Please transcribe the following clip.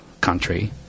country